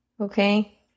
Okay